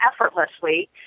effortlessly